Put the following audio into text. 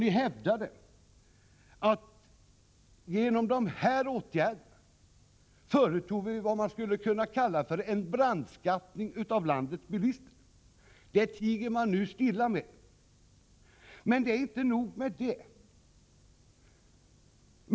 Då håvdade ni att vi genom våra åtgärder företog vad som skulle kunna kallas för en brandskattning av landets bilister. Det tiger ni nu stilla om. Det är emellertid inte nog med det.